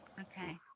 Okay